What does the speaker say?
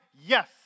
Yes